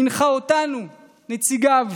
והנחה אותנו, נציגיו,